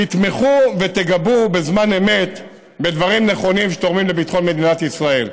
תתמכו ותגבו בזמן אמת בדברים נכונים שתורמים לביטחון מדינת ישראל.